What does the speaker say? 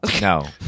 no